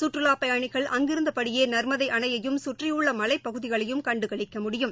சுற்றுலாப் பயணிகள் அங்கிருந்தபடியே நர்மதை அணையையும் சுற்றியுள்ள மலைப்பகுதிகளையும் கண்டு களிக்க முடியும்